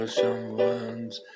someone's